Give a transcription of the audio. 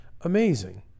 amazing